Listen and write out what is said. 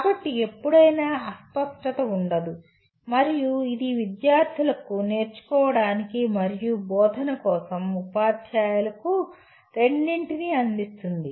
కాబట్టి ఎప్పుడైనా అస్పష్టత ఉండదు మరియు ఇది విద్యార్థులకు నేర్చుకోవటానికి మరియు బోధన కోసం ఉపాధ్యాయులకు రెండింటినీ అందిస్తుంది